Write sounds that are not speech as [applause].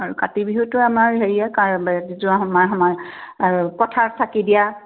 আৰু কাতি বিহুটো আমাৰ হেৰিয়ে [unintelligible] আৰু পথাৰত চাকি দিয়া